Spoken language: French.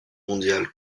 mondial